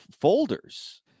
folders